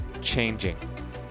changing